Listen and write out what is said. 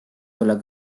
tulla